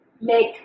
make